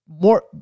more